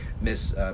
Miss